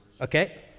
Okay